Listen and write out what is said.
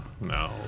No